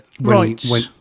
Rights